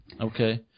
Okay